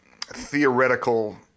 theoretical